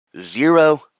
zero